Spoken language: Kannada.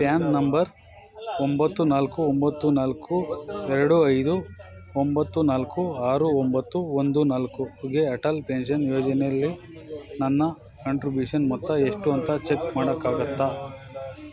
ಪ್ಯಾನ್ ನಂಬರ್ ಒಂಬತ್ತು ನಾಲ್ಕು ಒಂಬತ್ತು ನಾಲ್ಕು ಎರಡು ಐದು ಒಂಬತ್ತು ನಾಲ್ಕು ಆರು ಒಂಬತ್ತು ಒಂದು ನಾಲ್ಕಿಗೆ ಅಟಲ್ ಪೆನ್ಷನ್ ಯೋಜನೆಯಲ್ಲಿ ನನ್ನ ಕಾಂಟ್ರಿಬ್ಯೂಷನ್ ಮೊತ್ತ ಎಷ್ಟು ಅಂತ ಚೆಕ್ ಮಾಡೋಕ್ಕಾಗತ್ತ